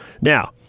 Now